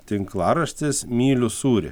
tinklaraštis myliu sūrį